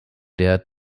der